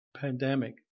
pandemic